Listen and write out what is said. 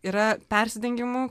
yra persidengimų